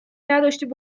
نداشتیم